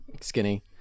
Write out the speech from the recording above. Skinny